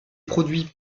produit